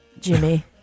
Jimmy